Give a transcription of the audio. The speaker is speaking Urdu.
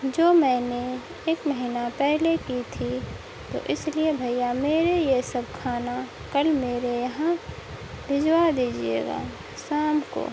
جو میں نے ایک مہینہ پہلے کی تھی تو اس لیے بھیا میرے یہ سب کھانا کل میرے یہاں بھیجوا دیجیے گا شام کو